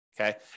Okay